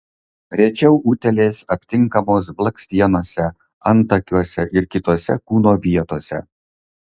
rečiau utėlės aptinkamos blakstienose antakiuose ir kitose kūno vietose